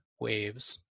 waves